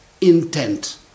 intent